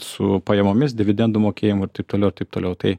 su pajamomis dividendų mokėjimo ir taip toliau ir taip toliau tai